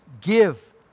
give